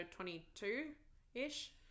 22-ish